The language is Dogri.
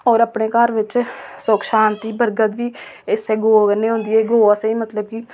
होर अपने घर च सुख शांति बरकत दी इस्सै गौऽ कन्नै होंदी ऐ ते इस गौऽ गी